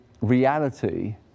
reality